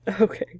Okay